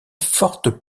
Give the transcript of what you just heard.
fortes